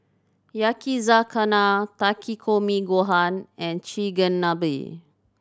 Yakizakana Takikomi Gohan and Chigenabe